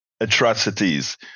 atrocities